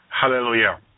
Hallelujah